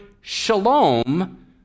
shalom